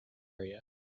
area